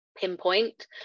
pinpoint